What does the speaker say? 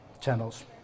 channels